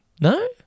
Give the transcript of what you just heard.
No